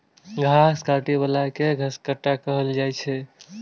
घास काटै बला कें घसकट्टा कहल जाइ छै